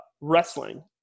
wrestling